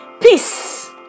peace